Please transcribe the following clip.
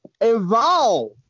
Evolve